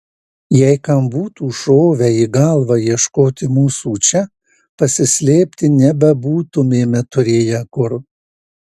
jei kam būtų šovę į galvą ieškoti mūsų čia pasislėpti nebebūtumėme turėję kur